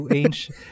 ancient